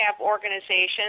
organizations